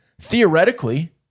theoretically